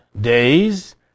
days